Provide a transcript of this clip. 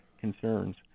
concerns